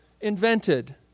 invented